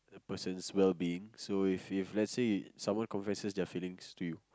person's well being so if if let's say someone confesses their feelings to you